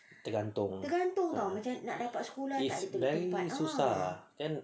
tergantung it's very susah lah then